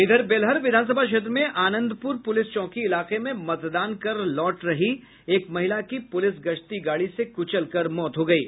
इधर बेलहर विधानसभा क्षेत्र में आनंदपुर पुलिस चौकी इलाके में मतदान कर घर लौट रही एक महिला की पुलिस गश्ती गाड़ी से कुचलकर मौत हो गयी